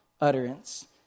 utterance